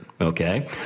okay